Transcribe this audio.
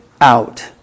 out